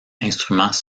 instruments